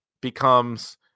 becomes